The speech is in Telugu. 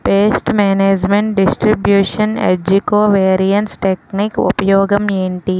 పేస్ట్ మేనేజ్మెంట్ డిస్ట్రిబ్యూషన్ ఏజ్జి కో వేరియన్స్ టెక్ నిక్ ఉపయోగం ఏంటి